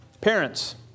Parents